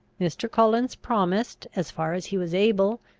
mr. collins promised, as far as he was able,